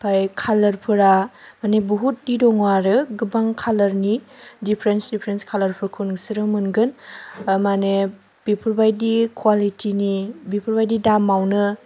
ओमफ्राय खालारफोरा माने बहुतनि दङ आरो गोबां खालारनि डिफारेन्स डिफारेन्स खालारफोरखौ नोंसोर मोनगोन माने बेफोरबायदि क्वालिटिनि बेफोरबायदि दामावनो